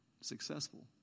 successful